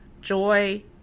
joy